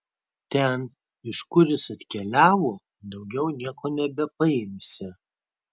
ten iš kur jis atkeliavo daugiau nieko nebepaimsi